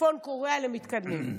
לצפון קוריאה למתקדמים.